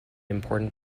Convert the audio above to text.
important